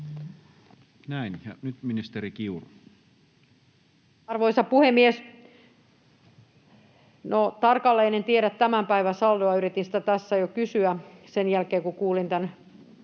Arvoisa puhemies! No, tarkalleen en tiedä tämän päivän saldoa. Yritin sitä tässä jo kysyä sen jälkeen, kun kuulin tämän kysymyksen